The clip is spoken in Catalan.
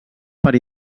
per